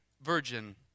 virgin